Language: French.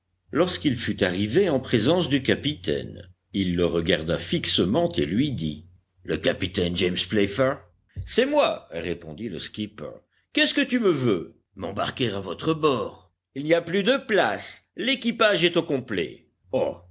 lorsqu'il fut arrivé en présence du capitaine il le regarda fixement et lui dit le capitaine james playfair c'est moi répondit le skipper qu'est-ce que tu me veux m'embarquer à votre bord l n y a plus de place l'équipage est au complet oh